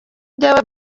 njyewe